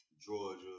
Georgia